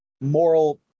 moral